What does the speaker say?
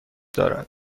دارد